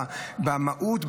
במהות,